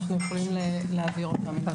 אנחנו יכולים להעביר אותם.